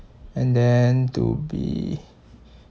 and then to be